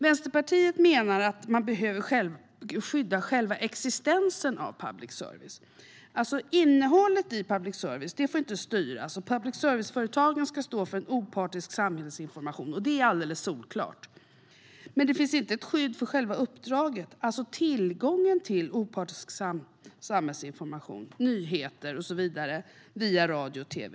Vänsterpartiet menar att man behöver skydda själva existensen av public service. Innehållet i public service får inte styras, och public service-företagen ska stå för en opartisk samhällsinformation; det är alldeles solklart. Men det finns inget skydd för själva uppdraget, alltså tillgången till opartisk samhällsinformation, nyheter och så vidare via radio och tv.